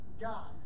God